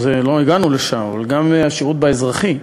לא הגענו לשם, אבל גם שירות אזרחי,